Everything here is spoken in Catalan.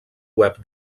web